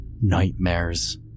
nightmares